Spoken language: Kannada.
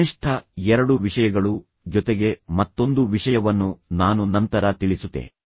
ಕನಿಷ್ಠ ಎರಡು ವಿಷಯಗಳು ಜೊತೆಗೆ ಮತ್ತೊಂದು ವಿಷಯವನ್ನು ನಾನು ನಂತರ ತಿಳಿಸುತ್ತೇನೆ